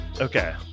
Okay